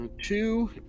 Two